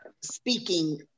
speaking